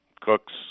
Cooks